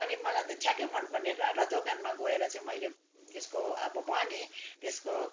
अनि मलाई त ठ्याक्कै मनपरेन र दोकानमा गएर चाहिँ मैले त्यसको अब भनेँ त्यसको